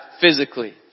physically